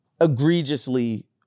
egregiously